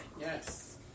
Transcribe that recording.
Yes